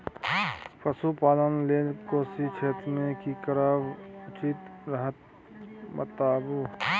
पशुपालन लेल कोशी क्षेत्र मे की करब उचित रहत बताबू?